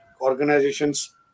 organizations